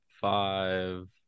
five